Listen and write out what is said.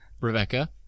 Rebecca